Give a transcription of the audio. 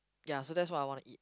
ya so that's what I wanna eat